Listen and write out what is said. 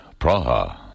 Praha